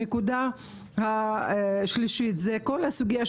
הנקודה השלישית זה כל הסוגיה,